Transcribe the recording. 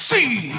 See